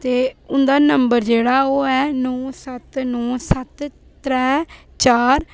ते उं'दा नंबर जेह्ड़ा ओह् ऐ नौ सत्त नौ सत्त त्रैऽ चार